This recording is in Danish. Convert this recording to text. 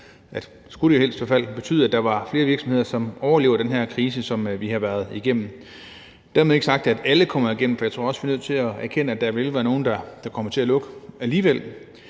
det skulle det helst i hvert fald – at der er flere virksomheder, som overlever den her krise, som vi har været igennem. Dermed ikke sagt, at alle kommer igennem, for jeg tror også, vi er nødt til at erkende, at der vil være nogle, der kommer til at lukke alligevel.